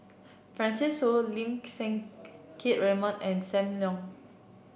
Francis Seow Lim Siang Keat Raymond and Sam Leong